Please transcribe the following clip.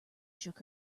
shook